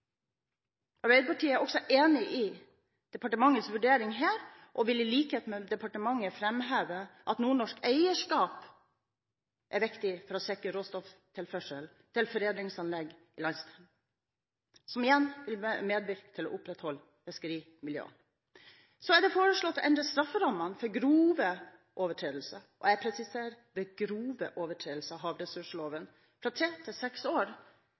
Arbeiderpartiet er også enig i departementets vurdering her, og vil i likhet med departementet framheve at nordnorsk eierskap er viktig for å sikre råstofftilførsel til foredlingsanlegg i landsdelen, som igjen vil medvirke til å opprettholde fiskerimiljøene. Så er det foreslått å endre strafferammene for grove overtredelser – jeg presiserer grove overtredelser – av havressursloven fra tre til seks år,